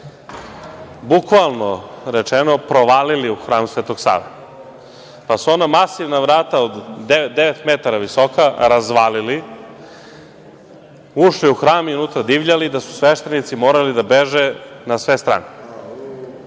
bukvalno rečeno, provalili u Hram Sveto Save. Pa, su ona masivna vrata, devet metara visoka, razvalili, ušli u Hram i unutra divljali, da su sveštenici morali da beže na sve strane. To